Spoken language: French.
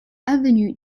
avenue